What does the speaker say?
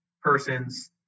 person's